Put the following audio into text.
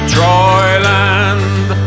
Troyland